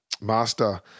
master